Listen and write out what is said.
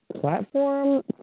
platform